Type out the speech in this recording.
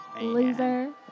Loser